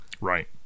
right